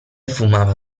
fumava